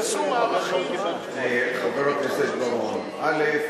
יעשו, חבר הכנסת בר-און, א.